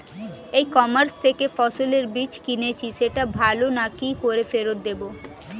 ই commerce থেকে ফসলের বীজ কিনেছি সেটা ভালো না কি করে ফেরত দেব?